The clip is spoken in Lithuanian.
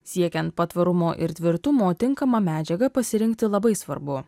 siekiant patvarumo ir tvirtumo tinkamą medžiagą pasirinkti labai svarbu